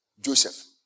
Joseph